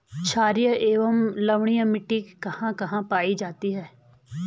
छारीय एवं लवणीय मिट्टी कहां कहां पायी जाती है?